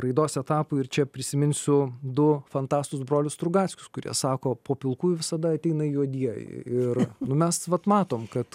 raidos etapui ir čia prisiminsiu du fantastus brolius trugackius kurie sako po pilkųjų visada ateina juodieji ir nu mes vat matom kad